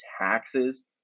taxes